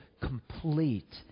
complete